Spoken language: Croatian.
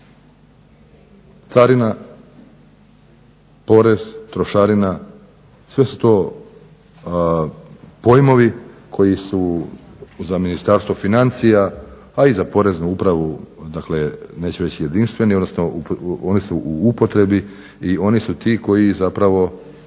Carina, porez, trošarina sve su to pojmovi koji su za Ministarstvo financija, a i za Poreznu upravu dakle neću reći jedinstveni, odnosno oni su u upotrebi i oni su ti koji zapravo